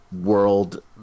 world